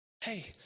Hey